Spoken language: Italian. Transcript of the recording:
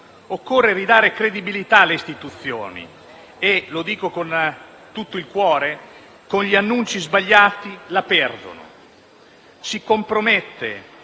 Occorre ridare credibilità alle istituzioni e - lo dico con tutto il cuore - con gli annunci sbagliati la perdono. Si compromette